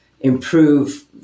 improve